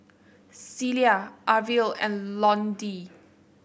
Celia Arvil and Londyn